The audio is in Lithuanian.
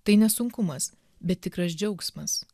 tai ne sunkumas bet tikras džiaugsmas